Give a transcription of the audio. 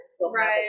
right